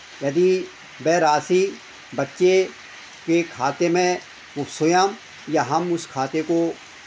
यदि वह राशि बच्चे के खाते में वो स्वयं या हम उस खाते को